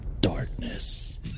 darkness